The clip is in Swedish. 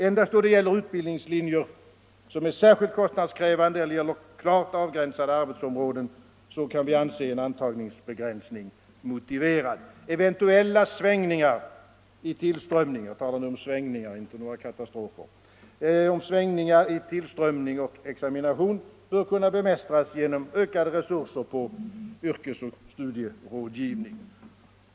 Endast då det gäller utbildningslinjer som är särskilt kostnadskrävande eller när det gäller klart avgränsade arbetsområden kan vi anse att en antagningsbegränsning är motiverad. Eventuella svängningar i tillströmning — jag talar nu om svängningar och inte om katastrofer — och examination bör kunna bemästras genom ökade resurser till yrkesoch studierådgivningen.